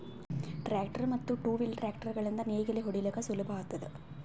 tractor ಮತ್ತ್ two wheel tractor ಗಳಿಂದ್ ನೇಗಿಲ ಹೊಡಿಲುಕ್ ಸುಲಭ ಆತುದ